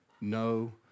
no